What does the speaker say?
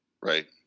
Right